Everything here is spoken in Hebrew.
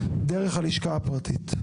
דרך הלשכה הפרטית?